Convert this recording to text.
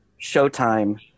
Showtime